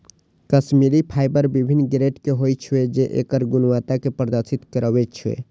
Kashmiri fibre विभिन्न grade के होइ छै, जे एकर गुणवत्ता कें प्रदर्शित करै छै